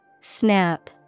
Snap